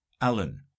Allen